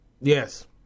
Yes